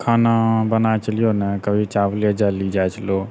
खाना बनाए छलिऔ ने कभी चावले जली जाइ छलौ